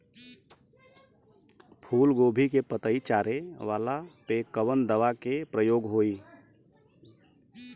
फूलगोभी के पतई चारे वाला पे कवन दवा के प्रयोग होई?